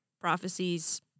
prophecies